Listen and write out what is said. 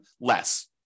less